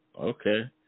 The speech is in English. Okay